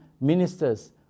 ministers